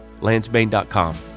LanceBain.com